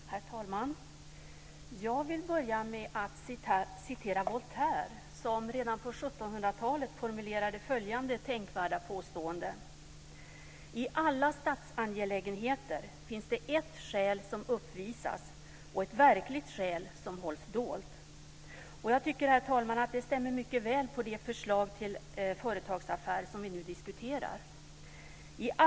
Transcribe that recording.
Herr talman! Jag vill börja med att citera Voltaire, som redan på 1700-talet formulerade följande tänkvärda påstående: "I alla statsangelägenheter finns det ett skäl som uppvisas, och ett verkligt skäl som hålls dolt." Jag tycker, herr talman, att det stämmer mycket väl med det förslag till företagsaffär som vi nu diskuterar.